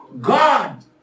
God